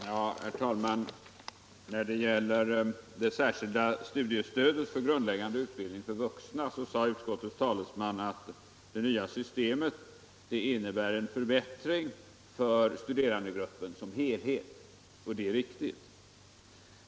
Herr talman! När det gäller det särskilda studiestödet för grundläggande utbildning för vuxna sade utskottets talesman att det nya systemet innebär en förbättring för studerandegruppen som helhet, och det är riktigt.